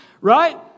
Right